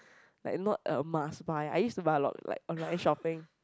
like not a must buy I use to buy a lot like online shopping